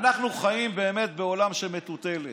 אנחנו חיים באמת בעולם של מטוטלת.